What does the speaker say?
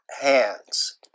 hands